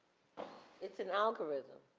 it's an algorithm,